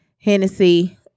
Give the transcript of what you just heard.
Hennessy